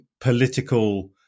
political